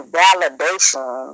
validation